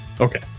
Okay